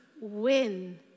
win